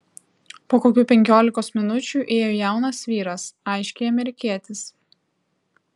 po kokių penkiolikos minučių įėjo jaunas vyras aiškiai amerikietis